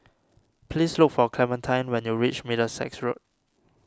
please look for Clementine when you reach Middlesex Road